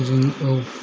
जों